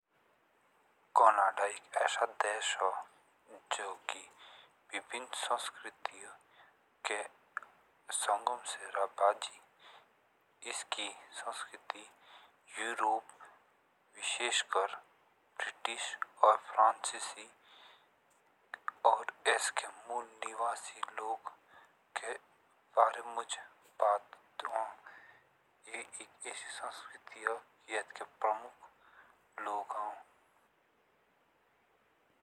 कनाडा एक ऐसा देश ओशो जो विभिन्न संस्कृति के संगम से राबाजी। इसकी संस्कृति यूरोप विशेषकर ब्रिटिश और फ्रेंचसी और इसके मूल निवासी लोग के बारे मुझ बात हो। यह एक ऐसी संस्कृति हो अथके प्रमुख लोग रहो।